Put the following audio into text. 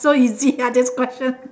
so easy ah this other question